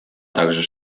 также